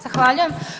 Zahvaljujem.